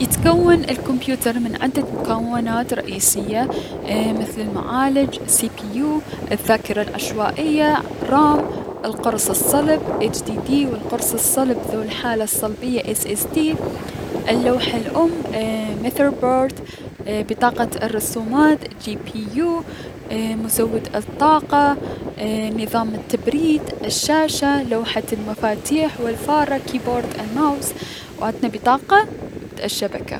يتكون الكمبيوتلر من عدة مكونات رئيسية مثل المعالج( سي بي يو) ، الذاكرة العشوائية (الرام) ، القرص الصلب (ايج دي دي ), و القرص الصلب ذو الحالة الصلبية (ايس ايس دس) ، اللوح الأم (موثور بورد)،بطاقة الرسومات (بي بي يو)اي- مزود الطاقة ، نظام التبريد، الشاشة ، لوحة المفاتيح، الفارة، كيبورد الماوس و عدنا بطاقة الشبكة.